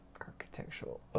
architectural